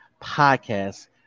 podcast